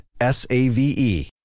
S-A-V-E